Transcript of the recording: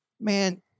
Man